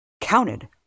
counted